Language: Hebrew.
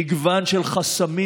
מגוון של חסמים,